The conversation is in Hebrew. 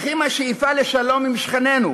אך אם השאיפה לשלום עם שכנינו